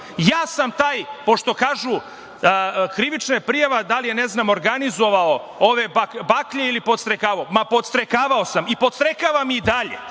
ja sam taj, pošto kažu krivična je prijava da li je, ne znam, organizovao ove baklje ili podstrekavao, ma podstrekavao sam i podstrekavam i dalje!